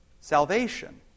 salvation